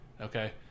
Okay